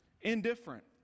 indifferent